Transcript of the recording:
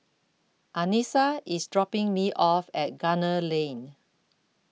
Anissa is dropping me off at Gunner Lane